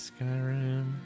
Skyrim